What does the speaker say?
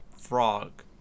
frog